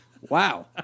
Wow